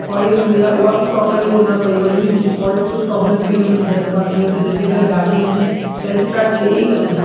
oily हूंदी आहे उहा बि प्रॉपरली उहा न कई वेई हुई हुनजी ऑइल जो प्रॉब्लम बि हिन में केॾा दफ़ा थियो त जंहिंजे करे गाॾी मुंहिंजी सेल्फ़ स्टाट थिए ई न पियो